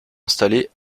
installés